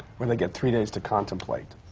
when they get three days to contemplate?